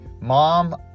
mom